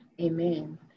Amen